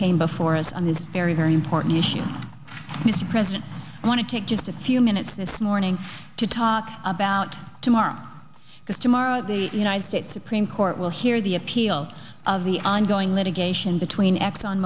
came before us on this very very important issue mr president i want to take just a few minutes this morning to talk about tomorrow because tomorrow the united states supreme court will hear the appeal of the ongoing litigation between exxon